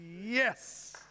yes